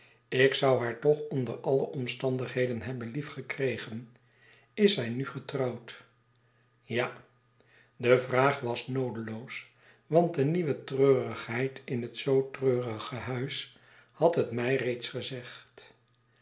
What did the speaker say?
ik zou haar toch onder alle omstandigheden hebben liefgekregen is zij nu getrouwd ja de vraag was noodeloos want de nieuwe treurigheid in het zoo treurige huis had het mij reeds gezegd